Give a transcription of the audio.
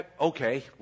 Okay